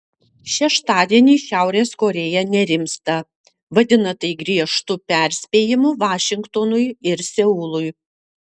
šeštadienį šiaurės korėja nerimsta vadina tai griežtu perspėjimu vašingtonui ir seului